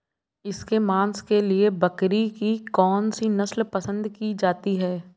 इसके मांस के लिए बकरी की कौन सी नस्ल पसंद की जाती है?